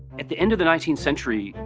at the end of the nineteenth century,